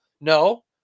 no